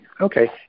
Okay